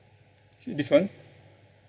this one